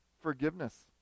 forgiveness